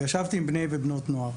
וישבתי עם בני ובנות נוער.